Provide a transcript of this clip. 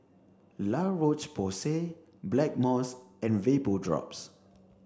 La Roche Porsay Blackmores and Vapodrops